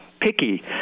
picky